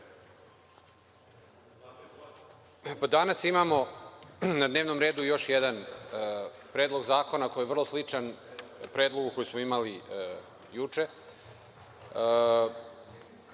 Hvala. Danas imamo na dnevnom redu još jedan predlog zakona koji je vrlo sličan predlogu koji smo imali juče,